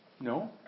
No